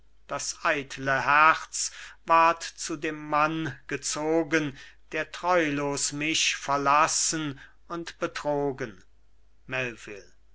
das eitle herz ward zu dem mann gezogen der treulos mich verlassen und betrogen